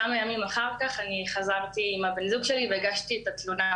כמה ימים אחר כך חזרתי עם בן הזוג שלי והגשתי את התלונה.